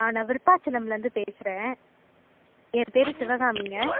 ஆ நான் விருத்தாச்சலமிலேருந்து பேசுகிறேன் என் பேர் சிவகாமிங்க